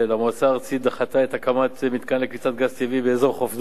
המועצה הארצית דחתה את הקמת מתקן לקליטת גז טבעי באזור חוף דור,